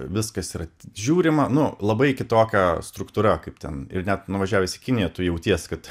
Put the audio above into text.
viskas yra žiūrima nu labai kitokia struktūra kaip ten ir net nuvažiavę į kiniją tu jauties kad